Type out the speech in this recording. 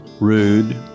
rude